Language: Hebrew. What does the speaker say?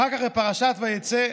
אחר כך, בפרשת ויצא,